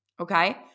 Okay